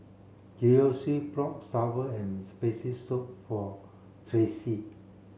Kiyoshi bought sour and spicy soup for Tracee